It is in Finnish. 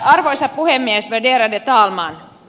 arvoisa puhemies värderade talman